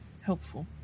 helpful